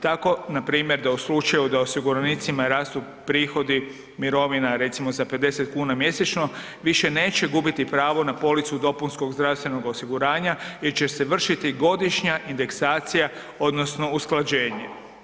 Tako npr. da u slučaju da osiguranicima rastu prihodi mirovina recimo za 50,00 kn mjesečno više neće gubiti pravo na policu dopunskog zdravstvenog osiguranja jer će se vršiti godišnja indeksacija odnosno usklađenje.